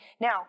Now